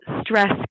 Stress